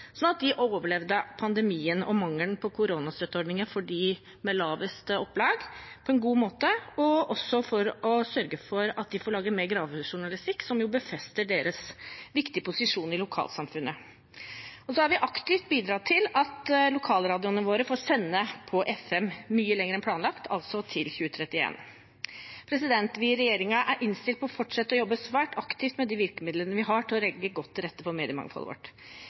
at de overlevde pandemien og mangelen på koronastøtteordninger for dem med lavest opplag på en god måte – og ved å sørge for at de får lage mer gravende journalistikk, som jo befester deres viktige posisjon i lokalsamfunnet. Vi har også aktivt bidratt til at lokalradioene våre får sende på FM mye lenger enn planlagt, altså til 2031. Vi i regjeringen er innstilt på å fortsette å jobbe svært aktivt med de virkemidlene vi har for å legge godt til rette for mediemangfoldet vårt.